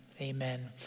amen